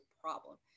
problem